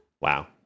Wow